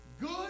good